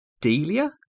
Delia